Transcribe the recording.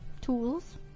tools